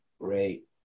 Great